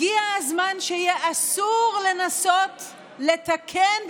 הגיע הזמן שיהיה אסור לנסות "לתקן",